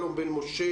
שלום בן משה,